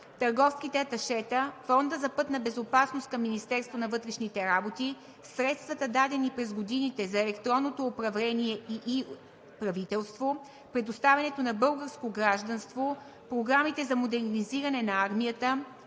търговските аташета; Фонда за пътна безопасност към Министерството на вътрешните работи; средствата, дадени през годините, за електронното управление и е-правителство; предоставянето на българско гражданство; програмите за модернизиране на армията;